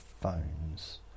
phones